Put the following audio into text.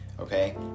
Okay